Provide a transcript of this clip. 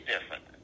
different